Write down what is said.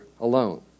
alone